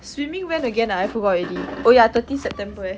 swimming when again ah I forgot already oh ya thirteenth september eh